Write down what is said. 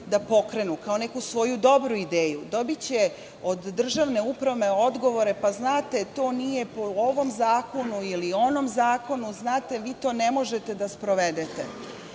da pokrenu kao neku svoju dobru ideju, dobiće od državne uprave odgovore – pa, znate, to nije po ovom ili onom zakonu, znate, vi to ne možete da sprovedete.